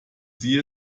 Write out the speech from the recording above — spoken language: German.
sie